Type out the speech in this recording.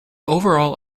overall